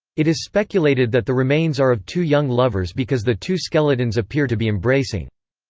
it is speculated that the remains are of two young lovers because the two skeletons appear to be embracing.